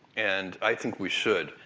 and i think we should.